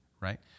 right